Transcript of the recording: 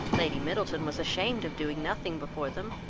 lady middleton was ashamed of doing nothing before them,